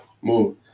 move